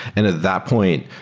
and at that point,